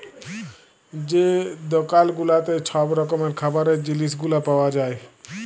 যে দকাল গুলাতে ছব রকমের খাবারের জিলিস গুলা পাউয়া যায়